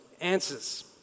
answers